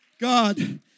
God